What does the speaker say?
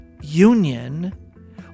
union